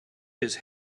his